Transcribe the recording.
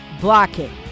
blocking